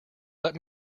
let